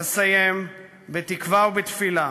אסיים בתקווה ובתפילה